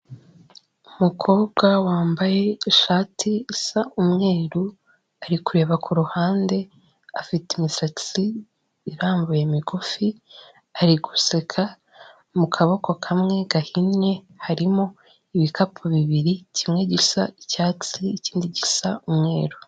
Umukobwa wambaye ishati isa umweru, ari kureba kuruhande afite imisatsi irambuye migufi ari guseka ,mu kaboko kamwe gahinnye harimo ibikapu bibiri kimwe gisa icyatsi ikindi gisa umweru.